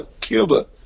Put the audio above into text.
Cuba